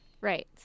right